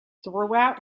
throughout